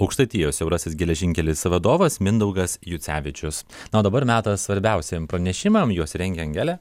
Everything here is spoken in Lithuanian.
aukštaitijos siaurasis geležinkelis vadovas mindaugas jucevičius na o dabar metas svarbiausiem pranešimam juos rengia angelė